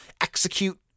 execute